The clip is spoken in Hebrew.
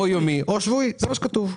או יומי או שבועי זה מה שכתוב.